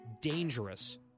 dangerous